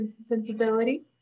Sensibility